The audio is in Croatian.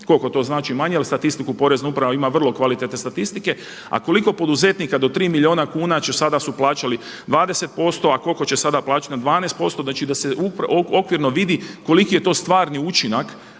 koliko to znači manje jer statistiku porezna uprava ima vrlo kvalitetne statistike a koliko poduzetnika do 3 milijuna kuna će sada su plaćali 20% a koliko će sada plaćati na 12%. Znači da se okvirno vidi koliki je to stvarni učinak